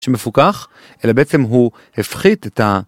שמפוקח, אלא בעצם הוא הפחית את ה...